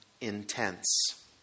intense